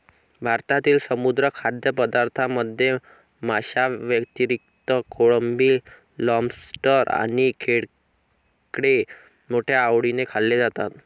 भारतातील समुद्री खाद्यपदार्थांमध्ये माशांव्यतिरिक्त कोळंबी, लॉबस्टर आणि खेकडे मोठ्या आवडीने खाल्ले जातात